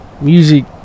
Music